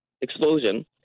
explosion